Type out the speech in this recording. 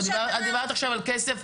את דיברת עכשיו על כסף,